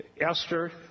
Esther